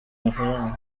amafaranga